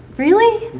really?